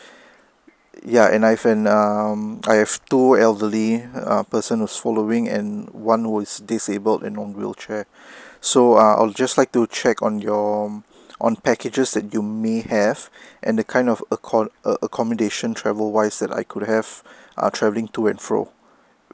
ya and I've an um I have two elderly person also following and one was disabled and on wheelchair so uh I'll just like to check on your on packages that you may have and the kind of acco~ a accommodation travel wise that I could have are travelling to and fro